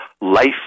life